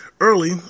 early